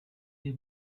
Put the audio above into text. the